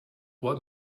what